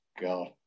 god